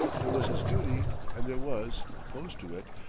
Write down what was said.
there was his duty, and there was, opposed to it,